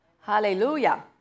Hallelujah